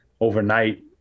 overnight